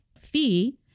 fee